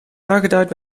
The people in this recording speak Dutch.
aangeduid